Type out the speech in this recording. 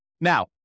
Now